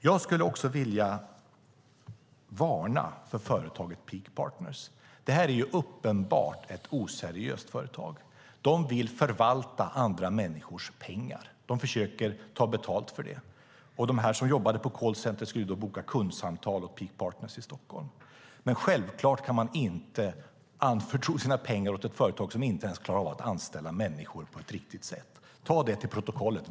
Jag skulle vilja varna för företaget Peak Partners. Det är uppenbart ett oseriöst företag. De vill förvalta andra människors pengar. De försöker ta betalt för det. De som jobbade på callcenter skulle boka kundsamtal åt Peak Partners i Stockholm. Men självklart kan man inte anförtro sina pengar åt ett företag som inte ens klarar av att anställa människor på ett riktigt sätt. Ta det till protokollet!